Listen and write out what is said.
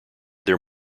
their